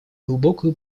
глубокую